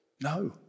No